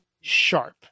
sharp